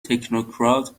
تکنوکرات